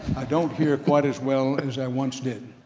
i don't hear quite as well as i once did.